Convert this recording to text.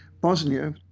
Bosnia